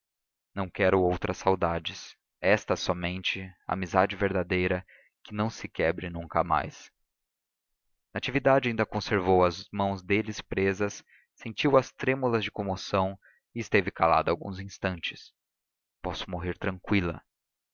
não quero outras saudades estas somente a amizade verdadeira e que se não quebre nunca mais natividade ainda conservou as mãos deles presas sentiu as trêmulas de comoção e esteve calada alguns instantes posso morrer tranquila